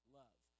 love